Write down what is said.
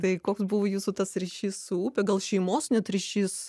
tai koks buvo jūsų tas ryšys su upe gal šeimos net ryšys